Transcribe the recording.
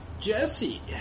Jesse